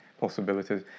possibilities